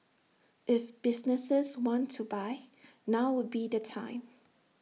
if businesses want to buy now would be the time